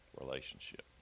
relationship